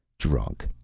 drunk,